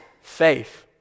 faith